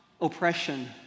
oppression